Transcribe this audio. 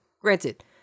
Granted